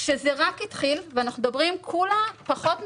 כשזה רק התחיל, ואנחנו מדברים על פחות שנה,